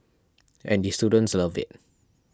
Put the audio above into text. and the students love it